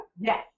Yes